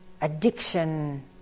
addiction